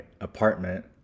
apartment